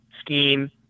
scheme